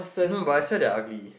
no but I swipe the ugly